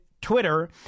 Twitter